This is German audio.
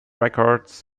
records